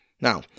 Now